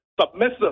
submissive